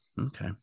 okay